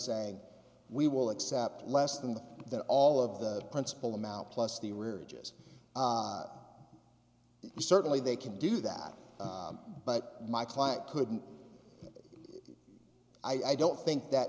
saying we will accept less than that all of the principal amount plus the ridges certainly they can do that but my client couldn't i don't think that